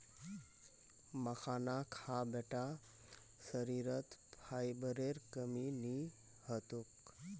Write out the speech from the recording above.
मखाना खा बेटा शरीरत फाइबरेर कमी नी ह तोक